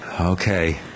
Okay